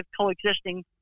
coexisting